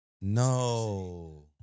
No